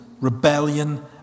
rebellion